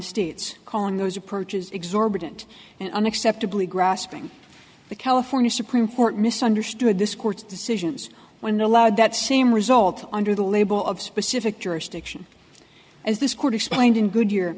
those approaches exorbitant and unacceptably grasping the california supreme court misunderstood this court's decisions when allowed that same result under the label of specific jurisdiction as this court explained in goodyear